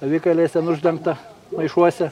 avikailiais ten uždengta maišuose